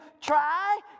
try